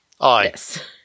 Yes